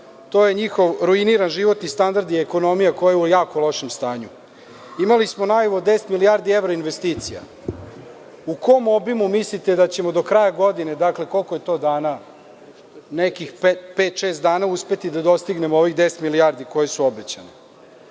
To je njihov ruiniran životni standard i ekonomija koja je u jako lošem stanju. Imali smo najavu od 10 milijardi evra investicija. U kom obimu mislite da ćemo do kraja godine, dakle, koliko je to dana, nekih pet, šest dana da dostignemo ovih 10 milijardi koje su obećane? Imamo